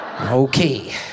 Okay